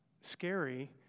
scary